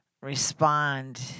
respond